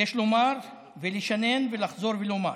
יש לומר ולשנן ולחזור ולומר: